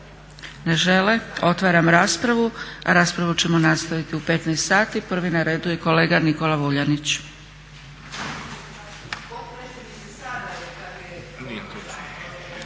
Ne žele. Otvaram raspravu. Raspravu ćemo nastaviti u 15,00 sati. Prvi na redu je kolega Nikola Vuljanić.